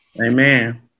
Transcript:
Amen